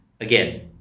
again